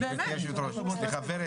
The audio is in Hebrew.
סליחה,